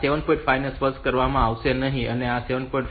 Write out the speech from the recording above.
5 ને સ્પર્શ કરવામાં આવશે નહીં આ M 7